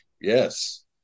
yes